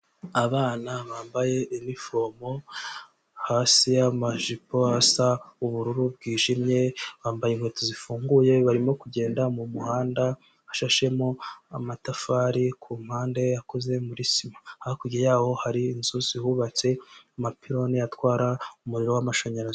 Abana bambaye inifomo hasi y'amajipo asa ubururu bwijimye, bambaye inkweto zifunguye barimo kugenda mu muhanda ushashemo amatafari ku mpande akoze muri sima, hakurya yaho hari inzu zihubatse, amapironi atwara umuriro w'amashanyarazi.